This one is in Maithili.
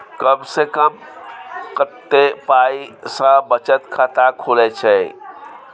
कम से कम कत्ते पाई सं बचत खाता खुले छै?